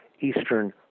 Eastern